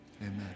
amen